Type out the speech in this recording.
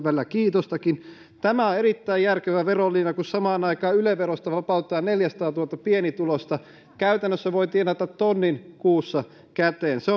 välillä kiitostakin tämä on erittäin järkevä verolinja kun samaan aikaan yle verosta vapautetaan neljäsataatuhatta pienituloista käytännössä voi tienata tonnin kuussa käteen se